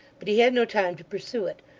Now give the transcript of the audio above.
but he had no time to pursue it,